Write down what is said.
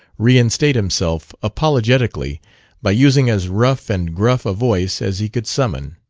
reinstate himself apologetically by using as rough and gruff a voice as he could summon.